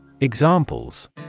Examples